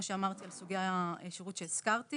- כמו שאמרתי, מדובר על תחומי השירות אותם שהזכרתי